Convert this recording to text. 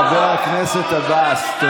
חבר הכנסת עבאס.